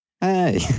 Hey